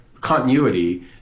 continuity